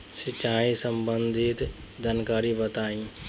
सिंचाई संबंधित जानकारी बताई?